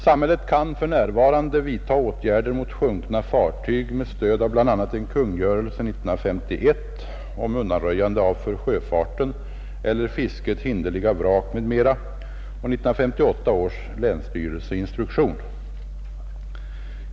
Samhället kan för närvarande vidta åtgärder mot sjunkna fartyg med stöd av bl, a. en kungörelse 1951 om undanröjande av för sjöfarten eller fisket hinderliga vrak m, m, och 1958 års länsstyrelseinstruktion.